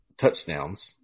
touchdowns